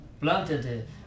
planted